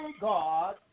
God